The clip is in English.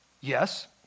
Yes